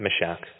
Meshach